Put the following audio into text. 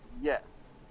Yes